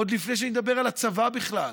עוד לפני שאני מדבר על הצבא בכלל,